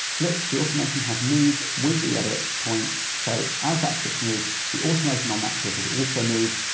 look, the automation has moved with the edit point. so as that clips moved, the automation on that clip has also moved.